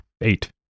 Eight